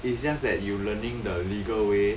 it's just that you learning the legal way